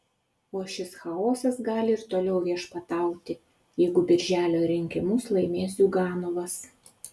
o šis chaosas gali ir toliau viešpatauti jeigu birželio rinkimus laimės ziuganovas